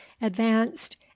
advanced